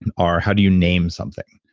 are, how do you name something?